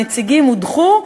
הנציגים הודחו,